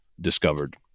discovered